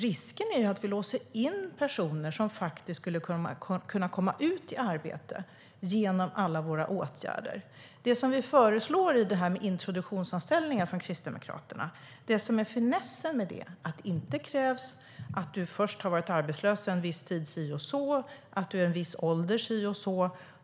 Risken är att vi genom alla våra åtgärder låser in personer som faktiskt skulle kunna komma ut i arbete. Finessen med introduktionsanställningar, som vi föreslår från Kristdemokraterna, är att det inte krävs att man först har varit arbetslös en viss tid, si och så, eller att man är i en viss ålder, si och så.